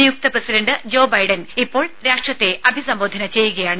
നിയുക്ത president Joe Biden ഇപ്പോൾ രാഷ്ട്രത്തെ അഭിസംബോധന ചെയ്യുകയാണ്